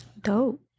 Dope